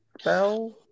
spell